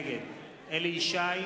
נגד אליהו ישי,